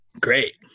great